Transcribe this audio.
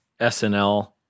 SNL